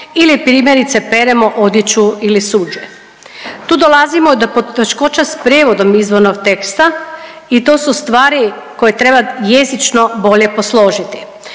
ili primjerice peremo odjeću ili suđe. Tu dolazimo do poteškoća s prijevodom izvornog teksta i to su stvari koje treba jezično bolje posložiti.